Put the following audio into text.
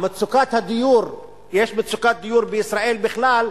מצוקת דיור בישראל בכלל,